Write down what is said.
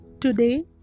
Today